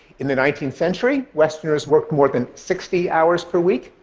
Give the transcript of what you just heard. in the nineteenth century, westerners worked more than sixty hours per week.